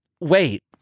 Wait